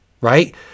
right